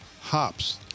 Hops